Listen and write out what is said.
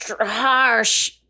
harsh